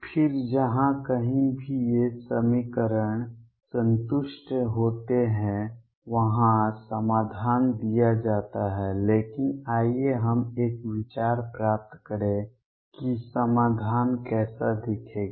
फिर जहां कहीं भी ये समीकरण संतुष्ट होते हैं वहां समाधान दिया जाता है लेकिन आइए हम एक विचार प्राप्त करें कि समाधान कैसा दिखेगा